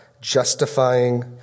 justifying